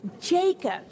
Jacob